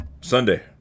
Sunday